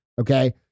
okay